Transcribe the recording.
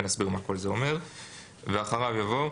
ואחריו יבוא: